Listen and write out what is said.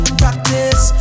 practice